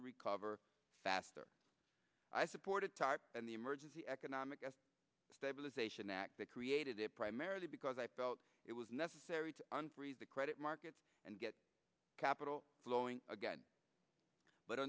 to recover faster i supported tarp and the emergency economic stabilization act that created it primarily because i felt it was necessary to unfreeze the credit markets and get capital flowing again but